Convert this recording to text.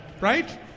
Right